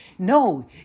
No